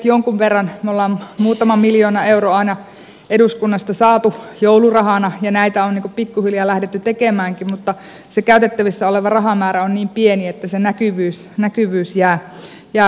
jonkun verran me olemme muutama miljoona euroa aina eduskunnasta saaneet joulurahana ja näitä on pikkuhiljaa lähdetty tekemäänkin mutta se käytettävissä oleva rahamäärä on niin pieni että se näkyvyys jää varsin rajalliseksi